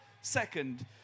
second